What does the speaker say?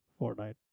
Fortnite